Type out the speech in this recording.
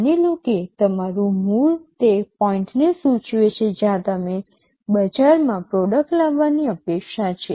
માની લો કે તમારું મૂળ તે પોઈન્ટને સૂચવે છે જ્યાં તમને બજારમાં પ્રોડક્ટ લાવવાની અપેક્ષા છે